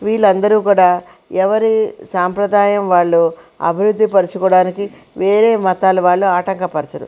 వీళ్లందరు కూడా ఎవరి సాంప్రదాయం వాళ్ళు అభివృద్ది పరచుకోడానికి వేరే మతాల వాళ్ళు ఆటంక పరచరు